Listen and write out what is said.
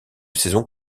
saison